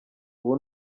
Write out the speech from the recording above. ubu